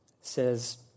says